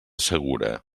segura